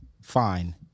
fine